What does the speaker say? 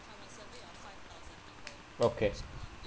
okay